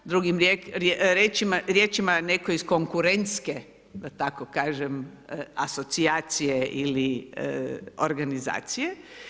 Drugim riječima netko iz konkurentske da tako kažem asocijacije ili organizacije.